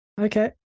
Okay